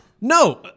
No